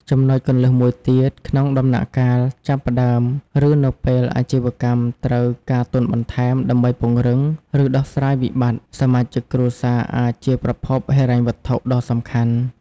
ចំណុចគន្លឹះមួយទៀត ក្នុងដំណាក់កាលចាប់ផ្តើម ឬនៅពេលអាជីវកម្មត្រូវការទុនបន្ថែមដើម្បីពង្រីក ឬដោះស្រាយវិបត្តិ សមាជិកគ្រួសារអាចជាប្រភពហិរញ្ញវត្ថុដ៏សំខាន់។